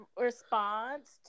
response